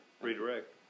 Redirect